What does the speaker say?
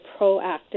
proactive